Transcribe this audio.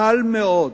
קל מאוד